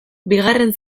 bigarren